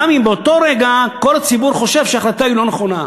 גם אם באותו רגע כל הציבור חושב שההחלטה לא נכונה.